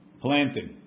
planting